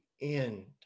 end